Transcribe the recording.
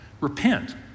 Repent